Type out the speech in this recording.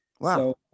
Wow